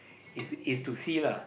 is is to see lah